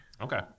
Okay